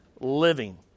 living